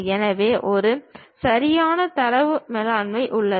எனவே ஒரு சரியான தரவு மேலாண்மை உள்ளது